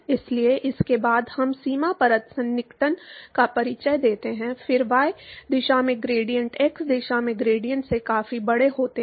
इसलिए इसके बाद हम सीमा परत सन्निकटन का परिचय देते हैं फिर y दिशा में ग्रेडिएंट x दिशा में ग्रेडिएंट से काफी बड़े होते हैं